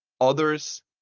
others